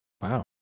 Wow